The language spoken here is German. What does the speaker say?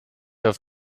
auf